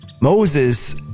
Moses